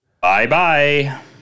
Bye-bye